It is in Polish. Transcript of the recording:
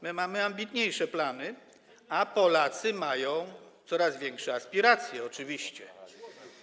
My mamy ambitniejsze plany, a Polacy mają coraz większe aspiracje oczywiście.